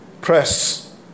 Press